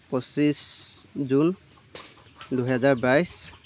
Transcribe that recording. পঁচিছ জুন দুহেজাৰ বাইছ